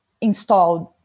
installed